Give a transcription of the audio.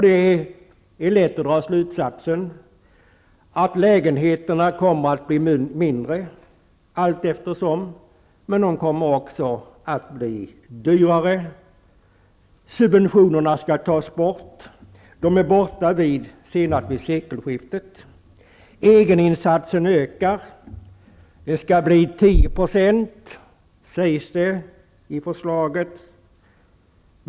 Det är lätt att dra slutsatsen att lägenheterna kommer att bli mindre vartefter, men de kommer också att bli dyrare. Subventionerna skall tas bort. De skall vara borta senast vid sekelskiftet.